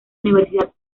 universidad